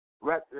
right